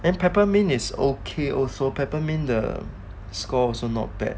and peppermint is okay also peppermint the score also not bad